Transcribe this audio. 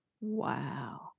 Wow